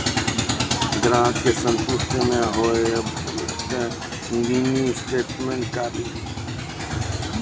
ग्राहक के संतुष्ट ने होयब ते मिनि स्टेटमेन कारी?